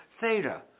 theta